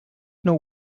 know